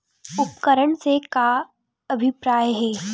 उपकरण से का अभिप्राय हे?